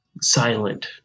silent